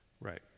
Right